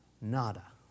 Nada